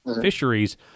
fisheries